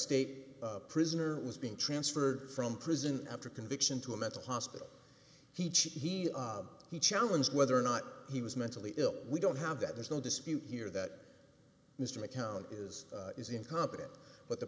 state prisoner was being transferred from prison after conviction to a mental hospital he cheated he challenge whether or not he was mentally ill we don't have that there's no dispute here that mr mccown is is incompetent but the